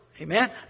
Amen